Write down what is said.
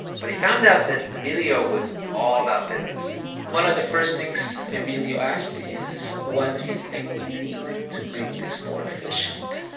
but he found out that emilio was all about business one of the first things emilio asked me is, what do you think we need to make this more efficient?